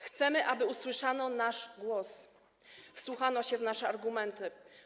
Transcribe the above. Chcemy, aby usłyszano nasz głos, wsłuchano się w nasze argumenty.